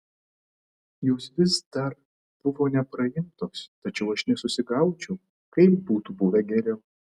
jos vis dar buvo nepraimtos tačiau aš nesusigaudžiau kaip būtų buvę geriau